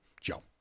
Joe